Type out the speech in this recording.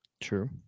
True